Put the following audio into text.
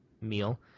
meal